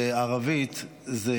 בבקשה, אדוני.